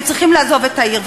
הם צריכים לעזוב את העיר.